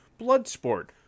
Bloodsport